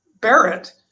Barrett